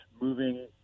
moving